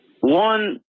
One